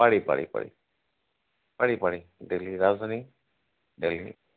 পাৰি পাৰি পাৰি পাৰি পাৰি দেল্লহি ৰাজধানী দেল্লহি